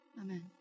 Amen